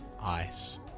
ice